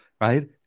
right